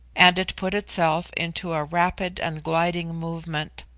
and it put itself into a rapid and gliding movement,